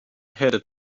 headed